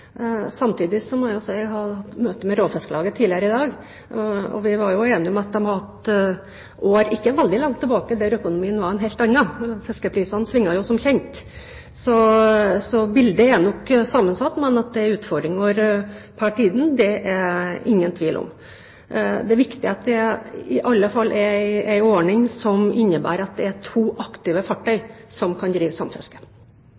Samtidig må jeg si at jeg har hatt møte med Råfisklaget tidligere i dag. Vi var enige om at de har hatt år ikke veldig langt tilbake der økonomien var en helt annen. Fiskeprisene svinger, som kjent. Så bildet er nok sammensatt, men at det er en utfordring for tiden, er det ingen tvil om. Det er viktig at det i alle fall er en ordning som innebærer at det er to aktive